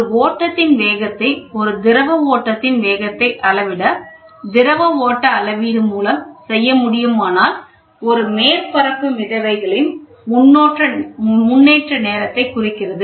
ஒரு ஓட்டத்தின் வேகத்தை அளவிட திரவ ஓட்ட அளவீடு மூலம் செய்ய முடியுமானால் ஒரு மேற்பரப்பு மிதவைகளின் முன்னேற்ற நேரத்தை குறிக்கிறது